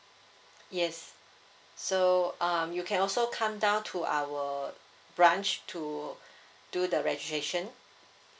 yes so um you can also come down to our branch to do the registration